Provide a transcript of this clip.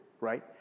right